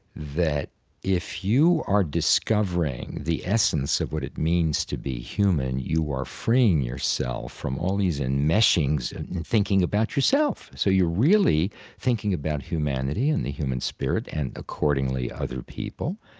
that if you are discovering the essence of what it means to be human, you are freeing yourself from all these enmeshings and thinking about yourself. so you're really thinking about humanity and the human spirit and, accordingly, other people.